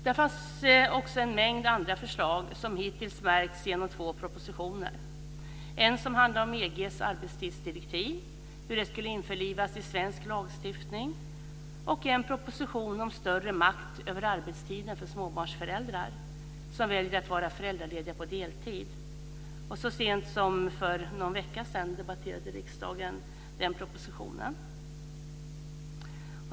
Där fanns också en mängd andra förslag som hittills märkts genom två propositioner, en som handlade om hur EG:s arbetidsdirektiv skulle införlivas i svensk lagstiftning och en proposition om större makt över arbetstiden för småbarnsföräldrar som väljer att vara föräldralediga på deltid. Och så sent som för någon vecka sedan debatterade riksdagen den propositionen.